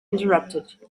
interrupted